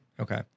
Okay